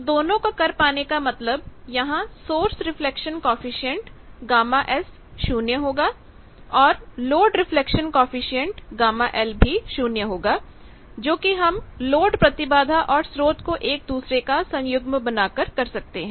तो दोनों को कर पाने का मतलब यहां सोर्स रिफ्लेक्शन कॉएफिशिएंट γS शून्य होगा और लोड रिफ्लेक्शन कॉएफिशिएंट γL भी शून्य होगा जोकि हम लोड प्रतिबाधा और स्रोत को एक दूसरे का सन्युग्म बना कर कर सकते हैं